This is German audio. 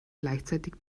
gleichzeitig